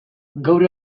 gaur